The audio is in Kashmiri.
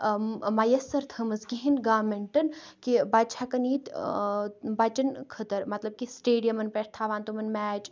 مَیَسَر تھٲومٕژ کِہینۍ گارمنٹن کہِ بَچہِ ہیٚکَن یِتۍ بَچَن خٲطرٕ مطلب کہ سِٹیڈِیَمن پیٹھ تھاون تَمِن میچ